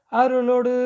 arulod